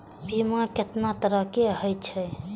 बीमा केतना तरह के हाई छै?